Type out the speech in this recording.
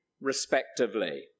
respectively